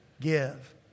give